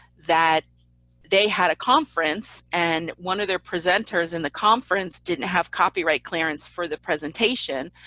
that they had a conference, and one of their presenters in the conference didn't have copyright clearance for the presentation,